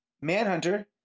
manhunter